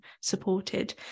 supported